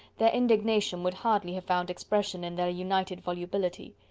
their indignation would hardly have found expression in their united volubility.